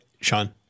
Sean